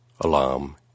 alarm